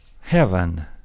heaven